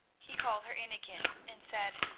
he called her in again, and said